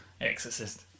Exorcist